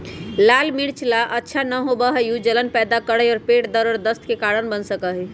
लाल मिर्च सब ला अच्छा न होबा हई ऊ जलन पैदा करा हई और पेट दर्द और दस्त के कारण बन सका हई